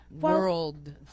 world